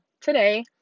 today